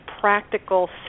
practical